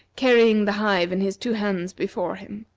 carrying the hive in his two hands before him.